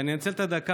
אני אנצל את הדקה,